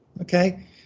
Okay